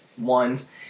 ones